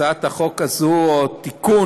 הצעת החוק הזאת, או תיקון